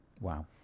Wow